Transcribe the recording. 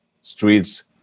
streets